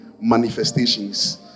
manifestations